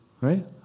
right